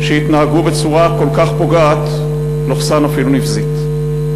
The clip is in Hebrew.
שהתנהגו בצורה כל כך פוגעת/ אפילו נבזית.